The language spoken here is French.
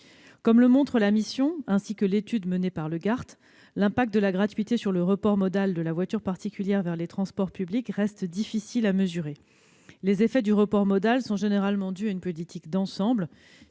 Comme le montre la mission d'information, ainsi que l'étude menée par le GART, l'incidence de la gratuité sur le report modal de la voiture particulière vers les transports publics reste difficile à mesurer. Les effets en termes de report modal sont généralement la conséquence d'une politique d'ensemble,